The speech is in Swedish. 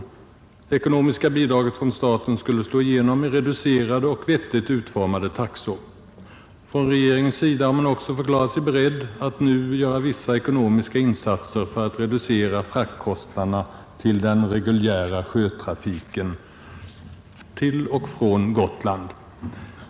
Det ekonomiska bidraget från staten skulle slå igenom i reducerade och vettigt utformade taxor. Från regeringens sida har man också förklarat sig beredd att nu göra vissa ekonomiska insatser för att reducera fraktkostnaderna i den reguljära sjötrafiken till och från Gotland.